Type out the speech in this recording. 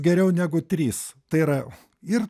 geriau negu trys tai yra ir